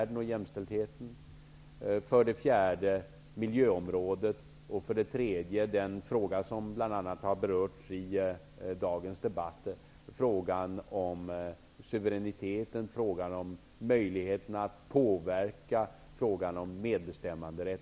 De omfattar även miljöområdet och den fråga som bl.a. har berörts i dagens debatt, nämligen suveräniteten och möjligheten att påverka samt frågan om medbestämmanderätt.